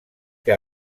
que